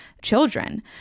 children